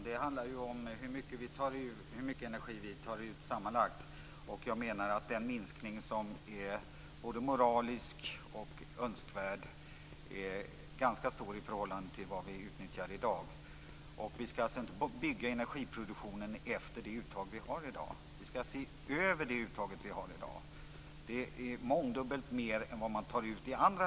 Fru talman! Nej, det handlar om hur mycket energi vi tar ut sammanlagt. Jag menar att den moraliska och önskvärda minskningen är ganska stor i förhållande till vad vi utnyttjar i dag. Vi ska inte bygga energiproduktionen efter det uttag vi har i dag. Vi ska se över uttaget vi har i dag. Det är mångdubbelt mer än i andra länder.